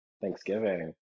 thanksgiving